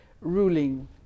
ruling